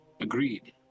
Agreed